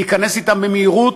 להיכנס אתם במהירות,